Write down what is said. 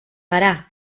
gara